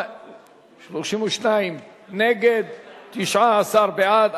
32 נגד, 19 בעד.